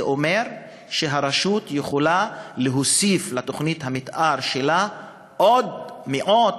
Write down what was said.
זה אומר שהרשות יכולה להוסיף לתוכנית המתאר שלה עוד מאות,